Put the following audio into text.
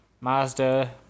Mazda